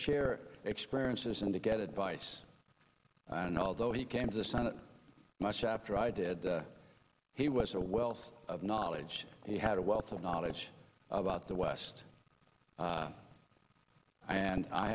share experiences and to get advice and although he came to the senate much after i did he was a wealth of knowledge he had a wealth of knowledge about the west and i